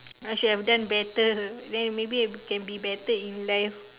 I should have done better than maybe can be better in life